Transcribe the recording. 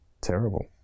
terrible